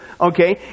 okay